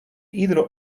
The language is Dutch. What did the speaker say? iedere